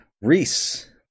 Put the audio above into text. Reese